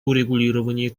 урегулировании